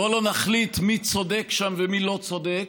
בואו לא נחליט מי צודק שם ומי לא צודק.